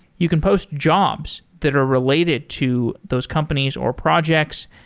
you can post jobs that are related to those companies or projects,